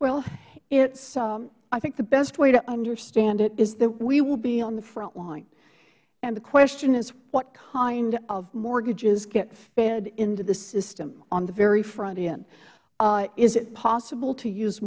well i think the best way to understand it is that we will be on the front line and the question is what kind of mortgages get fed in to the system on the very front end is it possible to use